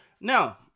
now